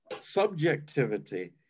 Subjectivity